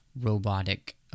robotic